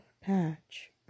patch